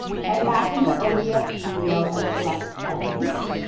head back into obs studio and select settings.